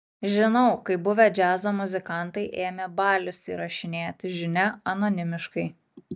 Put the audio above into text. žinau kaip buvę džiazo muzikantai ėmė balius įrašinėti žinia anonimiškai